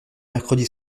mercredi